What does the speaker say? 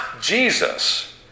Jesus